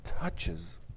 touches